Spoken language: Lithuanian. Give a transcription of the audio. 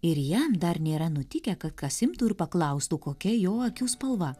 ir jam dar nėra nutikę kad kas imtų ir paklaustų kokia jo akių spalva